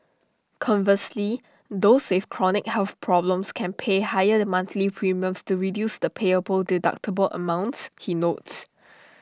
conversely those with chronic health problems can pay higher monthly premiums to reduce the payable deductible amounts he notes